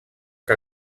que